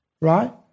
right